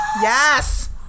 Yes